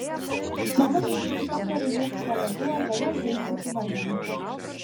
mama nusiųs į kambarį ruošti pamokų arba lieps žaisti su mažiumi